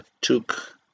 took